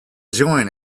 join